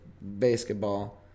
basketball